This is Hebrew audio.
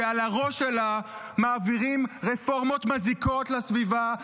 שעל הראש שלה מעבירים רפורמות מזיקות לסביבה,